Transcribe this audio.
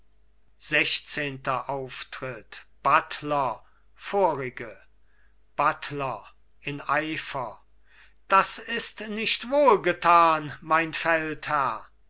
sechszehnter auftritt buttler vorige buttler in eifer das ist nicht wohlgetan mein feldherr